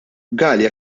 galea